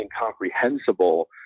incomprehensible